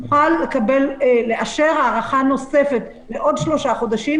נוכל לאשר הארכה נוספת לעוד שלושה חודשים,